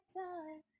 time